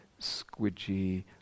squidgy